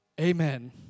Amen